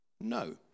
no